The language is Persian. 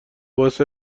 باعث